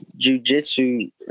jujitsu